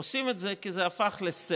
עושים את זה כי זה הפך לסמל